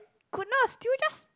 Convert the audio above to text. goodness did you just